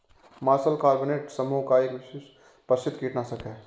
martial carbonate समूह का एक विश्व प्रसिद्ध कीटनाशक है